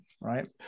right